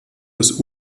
des